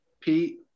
Pete